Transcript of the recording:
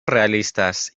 realistas